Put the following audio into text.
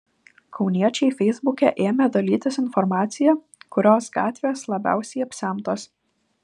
kauniečiai feisbuke ėmė dalytis informacija kurios gatvės labiausiai apsemtos